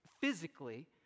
physically